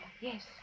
yes